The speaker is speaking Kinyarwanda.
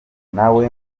nawe